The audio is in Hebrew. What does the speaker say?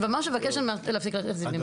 אני ממש מבקשת להפסיק להכניס לי מילים.